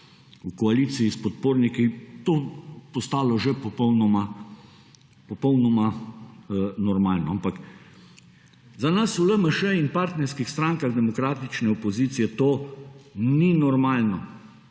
v koaliciji s podporniki to postalo že popolnoma normalno. Ampak za nas v LMŠ in partnerskih strankah demokratične opozicije to ni normalno.